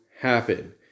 happen